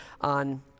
on